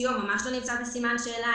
הסיוע ממש לא נמצא בסימן שאלה.